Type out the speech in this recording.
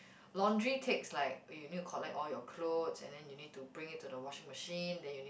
laundry takes like when you need to collect all your clothes and then you need to bring it to the washing machine then you need